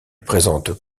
présente